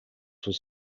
was